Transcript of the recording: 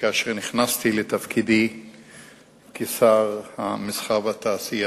שכאשר נכנסתי לתפקידי כשר המסחר והתעשייה,